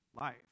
life